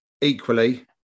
equally